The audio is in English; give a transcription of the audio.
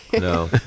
No